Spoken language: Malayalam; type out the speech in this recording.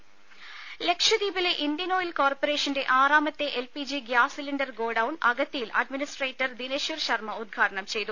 ദേദ ലക്ഷദ്വീപിലെ ഇന്ത്യൻ ഓയിൽ കോർപറേഷന്റെ ആറാമത്തെ L P G gas cylinder godown അഗത്തിയിൽ അഡ്മിനിസ്ട്രേറ്റർ ദിനേശ്വർ ശർമ്മ ഉദ്ഘാടനം ചെയ്തു